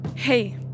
Hey